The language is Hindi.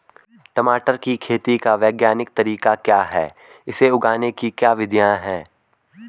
टमाटर की खेती का वैज्ञानिक तरीका क्या है इसे उगाने की क्या विधियाँ हैं?